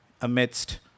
amidst